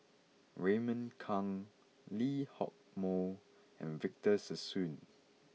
Raymond Kang Lee Hock Moh and Victor Sassoon